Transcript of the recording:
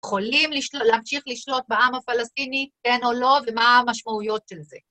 יכולים להמשיך לשלוט בעם הפלסטיני, כן או לא, ומה המשמעויות של זה.